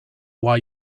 why